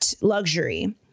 luxury